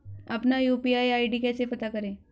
अपना UPI ID कैसे पता करें?